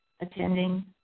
attending